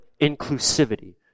inclusivity